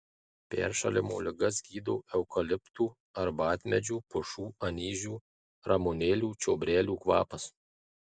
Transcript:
peršalimo ligas gydo eukaliptų arbatmedžių pušų anyžių ramunėlių čiobrelių kvapas